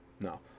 No